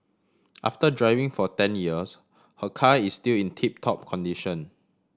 after driving for ten years her car is still in tip top condition